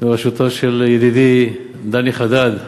בראשותו של ידידי דני חדד,